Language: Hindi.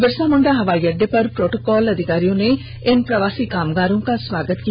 बिरसा मुंडा हवाई अडडे पर प्रोटोकॉल अधिकारियों ने इन प्रवासी कामगारों का स्वागत किया